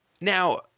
Now